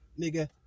nigga